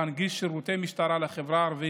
להנגיש שירותי משטרה לחברה הערבית,